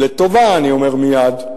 לטובה, אני אומר מייד,